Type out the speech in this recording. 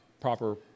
proper